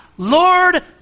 Lord